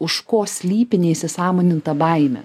už ko slypi neįsisąmoninta baimė